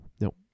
Nope